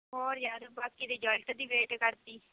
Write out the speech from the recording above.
ਹੋਰ ਯਾਰ ਬਾਕੀ ਰਿਜਲਟ ਦੀ ਵੇਟ ਕਰਦੀ